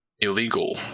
illegal